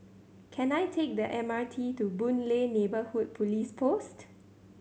can I take the M R T to Boon Lay Neighbourhood Police Post